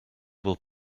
will